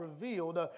revealed